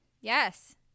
Yes